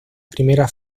primera